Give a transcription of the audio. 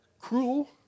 cruel